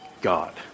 God